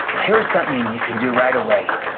here is something you can do right away.